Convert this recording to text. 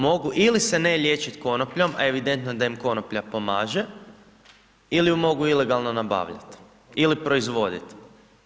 Mogu ili se ne liječiti konopljom, a evidentno je da im konoplja pomaže ili ju mogu ilegalno nabaviti ili proizvoditi.